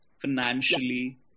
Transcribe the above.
financially